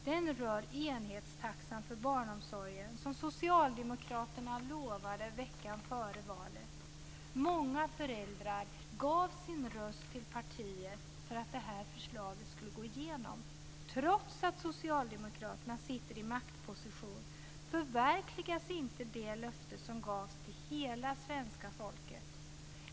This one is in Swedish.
Detta rör enhetstaxan för barnomsorgen som socialdemokraterna lovade veckan före valet. Många föräldrar gav sin röst till partiet för att det här förslaget skulle gå igenom. Trots att socialdemokraterna sitter i maktposition förverkligas inte det löfte som gavs till hela svenska folket.